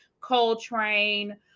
coltrane